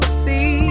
see